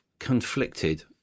conflicted